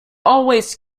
always